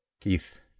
Keith